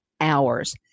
hours